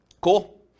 cool